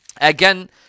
again